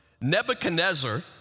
Nebuchadnezzar